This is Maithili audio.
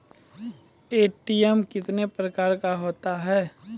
ए.टी.एम कितने प्रकार का होता हैं?